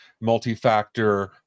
multi-factor